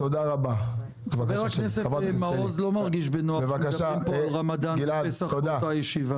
חבר הכנסת מעוז לא מרגיש בנוח כשמדברים כאן על רמדאן ופסח באותה ישיבה.